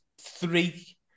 three